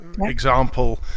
Example